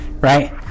Right